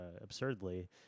absurdly